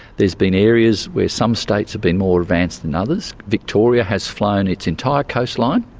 there's been areas where some states have been more advanced than others. victoria has flown its entire coastline,